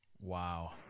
Wow